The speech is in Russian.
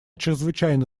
чрезвычайно